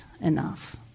enough